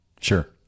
sure